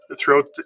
throughout